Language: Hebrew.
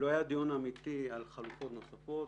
לא היה דיון אמיתי על חלופות נוספות.